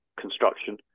construction